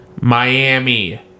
Miami